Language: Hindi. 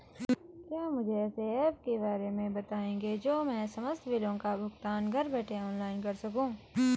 क्या मुझे ऐसे ऐप के बारे में बताएँगे जो मैं समस्त बिलों का भुगतान घर बैठे ऑनलाइन कर सकूँ?